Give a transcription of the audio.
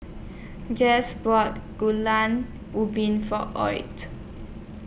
Jase brought Gulai Ubi For Hoy